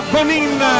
Bonin